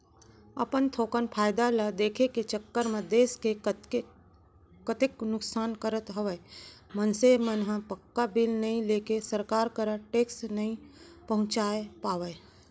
अपन थोकन फायदा ल देखे के चक्कर म देस के कतेक नुकसान करत हवय मनसे मन ह पक्का बिल नइ लेके सरकार करा टेक्स नइ पहुंचा पावय